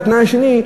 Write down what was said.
התנאי השני,